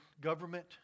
government